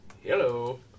Hello